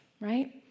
Right